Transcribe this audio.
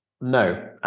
No